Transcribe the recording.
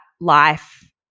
life